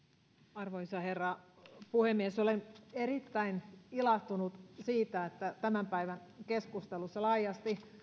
arvoisa herra puhemies olen erittäin ilahtunut siitä että tämän päivän keskustelussa laajasti